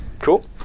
Cool